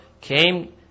came